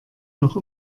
noch